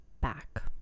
back